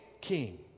king